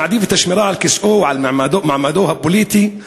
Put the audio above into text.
שמעדיף את השמירה על כיסאו, על מעמדו הפוליטי,